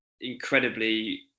incredibly